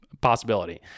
possibility